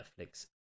Netflix